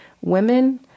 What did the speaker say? women